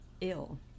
ill